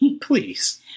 Please